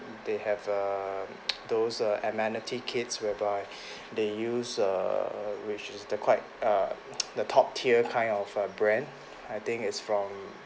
they have err those err amenity kits whereby they use err which is the quite err the top tier kind of err brand I think is from